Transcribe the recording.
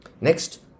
Next